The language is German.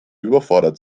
überfordert